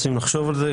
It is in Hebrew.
רוצים לחשוב על זה,